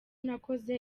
nakoze